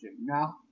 Now